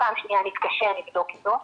בפעם השניה נתקשר ונבדוק איתו,